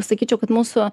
sakyčiau kad mūsų